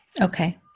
Okay